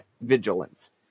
vigilance